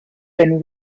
been